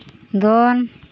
ᱫᱚᱱ